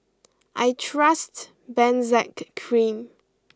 I trust Benzac Cream